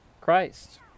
Christ